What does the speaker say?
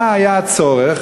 מה היה הצורך